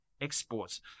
exports